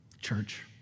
Church